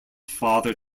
father